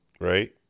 right